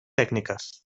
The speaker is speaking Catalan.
tècniques